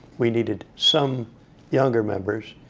we needed some younger members,